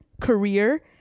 career